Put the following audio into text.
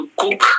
cook